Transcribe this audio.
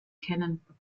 kennen